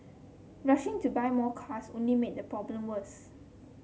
rushing to buy more cars only made the problem worse